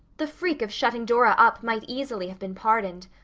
the freak of shutting dora up might easily have been pardoned.